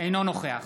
אינו נוכח